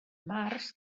març